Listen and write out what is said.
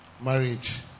marriage